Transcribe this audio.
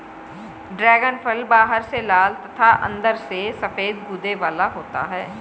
dragon फल बाहर से लाल तथा अंदर से सफेद गूदे वाला होता है